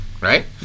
right